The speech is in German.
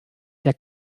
der